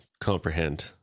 comprehend